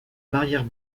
barrières